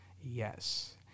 Yes